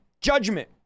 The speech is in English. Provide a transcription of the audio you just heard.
judgment